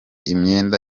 imyenda